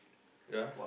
ya